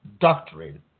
doctrine